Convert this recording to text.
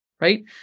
right